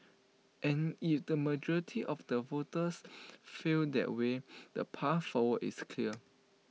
and if the majority of the voters feel that way the path forward is clear